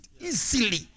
easily